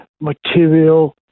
material